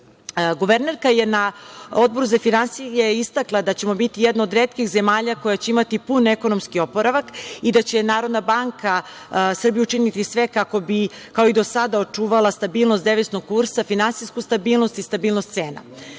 Guvernerka je na Odboru za finansije istakla da ćemo biti jedna od retkih zemalja koja će imati pun ekonomski oporavak i da će Narodna banka Srbije učiniti sve kako bi kao i do sada očuvala stabilnost deviznog kursa, finansijsku stabilnost i stabilnost